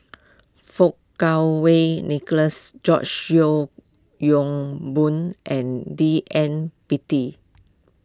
Fang Kuo Wei Nicholas George Yeo Yong Boon and D N Pritt